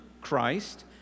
Christ